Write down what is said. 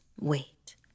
wait